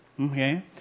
Okay